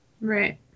Right